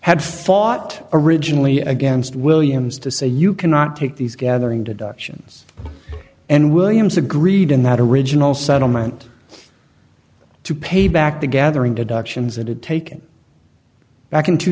had fought originally against williams to say you cannot take these gathering deductions and williams agreed in that original settlement to pay back the gathering adoptions it had taken back in two